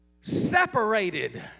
separated